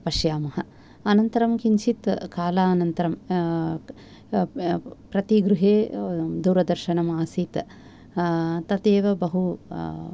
पश्याम आनन्तरं किञ्चित् कालानन्तरं प्रतिगृहे दूरदर्शनम् आसित् तदेव बहु